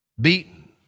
Beaten